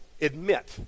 admit